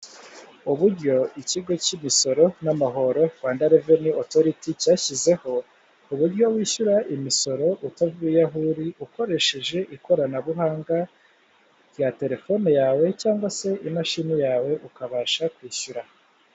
Uburyo ikigo cy'imisoro n amahoro Rwanda reveni otoriti, cyashyizeho uburyo wishyura imisoro utavuye aho uri, ukoresheje ikoranabuhanga rya telefone yawe cyangwa se imashini yawe ukabasha kwishyura.